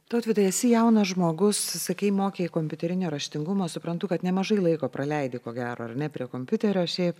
tautvydai esi jaunas žmogus sakai mokei kompiuterinio raštingumo suprantu kad nemažai laiko praleidi ko gero ar ne prie kompiuterio šiaip